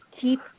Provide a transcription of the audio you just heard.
keep